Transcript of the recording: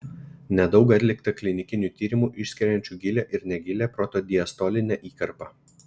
nedaug atlikta klinikinių tyrimų išskiriančių gilią ir negilią protodiastolinę įkarpą